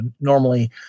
normally